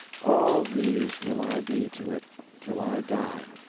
all these will i be to it till i die.